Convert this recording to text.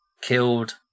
Killed